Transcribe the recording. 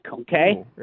okay